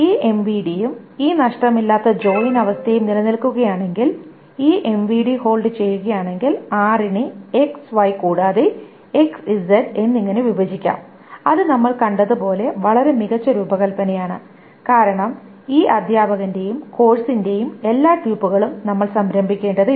ഈ MVD യും ഈ നഷ്ടമില്ലാത്ത ജോയിൻ അവസ്ഥയും നിലനിൽക്കുകയാണെങ്കിൽ ഈ MVD ഹോൾഡ് ചെയ്യുകയാണെങ്കിൽ R നെ X Y കൂടാതെ X Z എന്നിങ്ങനെ വിഭജിക്കാം അത് നമ്മൾ കണ്ടതുപോലെ വളരെ മികച്ച രൂപകൽപ്പനയാണ്കാരണം ഈ അധ്യാപകന്റെയും കോഴ്സിന്റെയും എല്ലാ ട്യൂപ്പുകളും നമ്മൾ സംഭരിക്കേണ്ടതില്ല